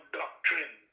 doctrine